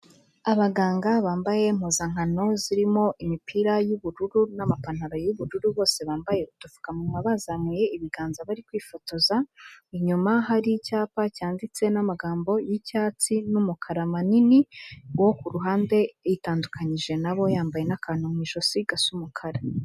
Abaganga bambaye impuzankano zirimo imipira y'ubururu n'amapantaro y'ubururu, bose bambaye utupfukamunwa bazamuye ibiganza bari kwifotoza, inyuma hari icyapa cyanditse n'amagambo y'icyatsi n'umukara manini, wo ku ruhande yitandukanyije nabo yambaye n'akantu mu ijosi gasa umukara.